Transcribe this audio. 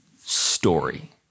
story